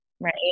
right